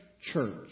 church